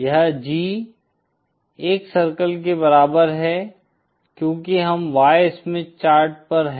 यह G 1 circle के बराबर है क्योंकि हम Y स्मिथ चार्ट पर हैं